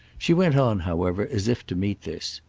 she went on however as if to meet this.